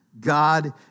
God